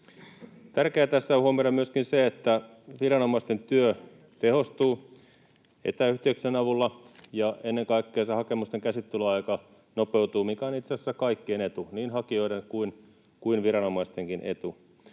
Tärkeää tässä on huomioida myöskin se, että viranomaisten työ tehostuu etäyhteyksien avulla ja ennen kaikkea se hakemusten käsittelyaika nopeutuu, mikä on itse asiassa kaikkien etu, niin hakijoiden kuin viranomaistenkin etu.